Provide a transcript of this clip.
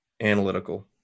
analytical